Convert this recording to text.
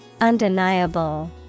Undeniable